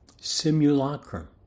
simulacrum